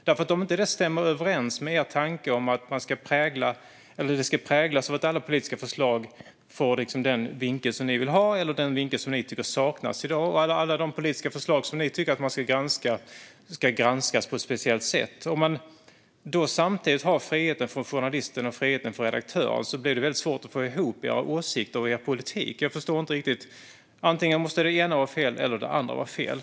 Det kanske inte stämmer överens med er tanke om att detta ska präglas av att alla politiska förslag får den vinkel som ni vill ha eller som ni tycker saknas i dag och att alla politiska förslag som ni tycker att man ska granska ska granskas på ett speciellt sätt. Om journalisten och redaktören samtidigt ska ha frihet blir det väldigt svårt att få ihop era åsikter och er politik. Jag förstår inte riktigt. Antingen det ena eller det andra måste vara fel.